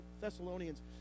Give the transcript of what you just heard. Thessalonians